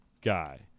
guy